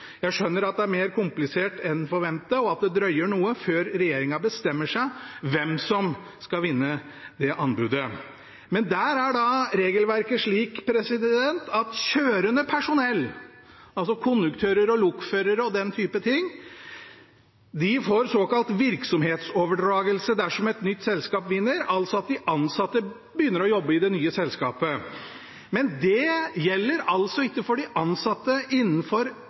Jeg skjønner at det er mer komplisert enn forventet, og at det drøyer noe før regjeringen bestemmer seg for hvem som skal vinne anbudet. Der er regelverket slik at kjørende personell, altså konduktører, lokførere o.l., får såkalt virksomhetsoverdragelse dersom et nytt selskap vinner, dvs. at de ansatte begynner å jobbe i det nye selskapet. Men det gjelder ikke for de ansatte